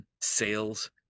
sales